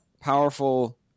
powerful